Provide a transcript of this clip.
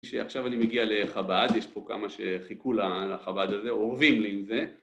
עכשיו אני מגיע לחב״ד, יש פה כמה שחיכו לחב״ד הזה, אורבים לי עם זה